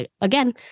again